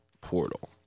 portal